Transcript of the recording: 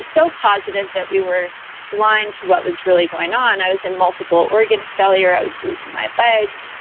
so positive that we were blind to what was really going on. i was in multiple organ failure. i was losing my legs.